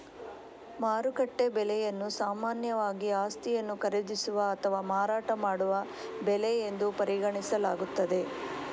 ಮಾರುಕಟ್ಟೆ ಬೆಲೆಯನ್ನು ಸಾಮಾನ್ಯವಾಗಿ ಆಸ್ತಿಯನ್ನು ಖರೀದಿಸುವ ಅಥವಾ ಮಾರಾಟ ಮಾಡುವ ಬೆಲೆ ಎಂದು ಪರಿಗಣಿಸಲಾಗುತ್ತದೆ